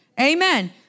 Amen